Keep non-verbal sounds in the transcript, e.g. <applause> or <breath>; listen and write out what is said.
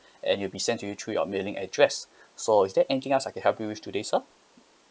<breath> and it'll be sent to you through your mailing address <breath> so is there anything else I can help you with today sir